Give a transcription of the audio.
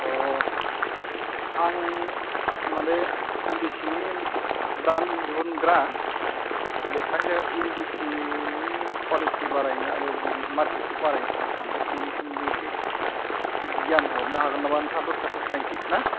अ आं मानि इन्दि सिनि ब्रेन्ड दिहुनग्रा बेखायनो इन्दि सिनि कुवालिटि बारायनो आरो बिनि मारकेटखौ बारायनो सानदों बिनि सोमोन्दै एसे गियान हरनो हागोन नामा नोंथाङाथ' सासे साइनटिस्ट ना